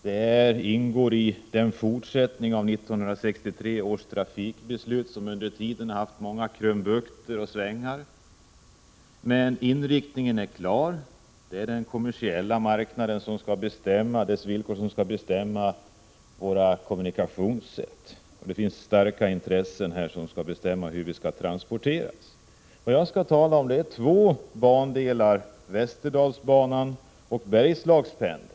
Det ingår i fortsättningen av 1963 års trafikpolitiska beslut, som under årens lopp har gjort många krumbukter och svängar. Men inriktningen är klar. Det är den kommersiella marknaden som skall bestämma, dess villkor som skall bestämma våra kommunikationssätt. Det finns starka intressen som skall bestämma hur vi skall transporteras. Jag skall tala om två bandelar, Västerdalsbanan och Bergslagspendeln.